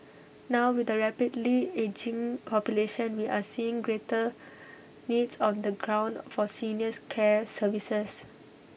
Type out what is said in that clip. now with A rapidly ageing population we are seeing greater needs on the ground for seniors care services